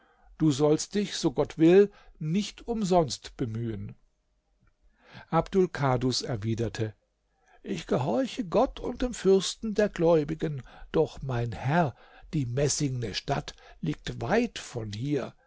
du sollst dich so gott will nicht umsonst bemühen abdul kadus erwiderte ich gehorche gott und dem fürsten der gläubigen doch mein herr die messingne stadt liegt weit von hier